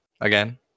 again